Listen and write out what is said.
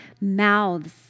mouths